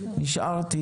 נשארתי,